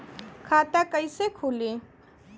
खाता कइसे खुली?